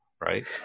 right